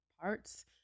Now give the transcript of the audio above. parts